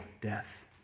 death